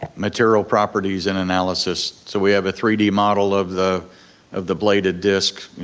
material properties and analysis, so we have a three d model of the of the bladed disc,